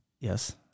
Yes